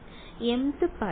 വിദ്യാർത്ഥി rm